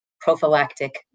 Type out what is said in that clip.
prophylactic